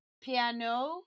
piano